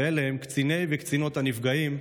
ואלה הם קציני וקצינות הנפגעים,